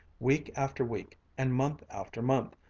week after week, and month after month,